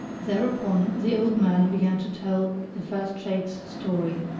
thereupon the old man began to tell the first shaykh's story.